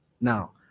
Now